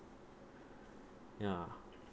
ya